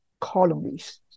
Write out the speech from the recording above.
colonies